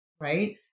right